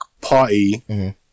party